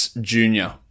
Junior